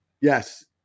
Yes